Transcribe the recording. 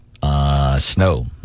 Snow